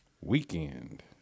weekend